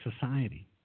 society